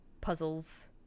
puzzles